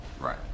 Right